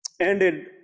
ended